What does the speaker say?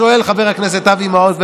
שואל חבר הכנסת אבי מעוז,